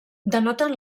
denoten